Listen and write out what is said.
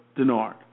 Denard